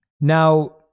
Now